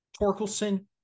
Torkelson